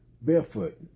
Barefoot